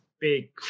big